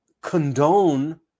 condone